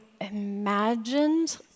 imagined